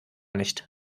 nicht